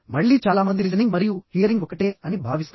మళ్ళీ చాలా మంది లిజనింగ్ మరియు హియరింగ్ ఒకటే అని భావిస్తారు